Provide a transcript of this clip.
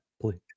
Please